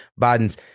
Biden's